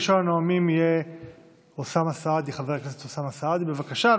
ראשון הנואמים יהיה חבר הכנסת אוסאמה סעדי, בבקשה.